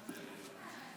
אדוני היושב-ראש,